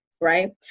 right